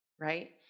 right